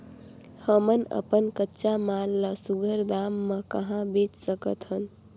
हमन अपन कच्चा माल ल सुघ्घर दाम म कहा बेच सकथन?